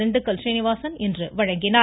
திண்டுக்கல் றீனிவாசன் இன்று வழங்கினார்